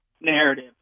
narrative